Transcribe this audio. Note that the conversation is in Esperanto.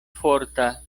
forta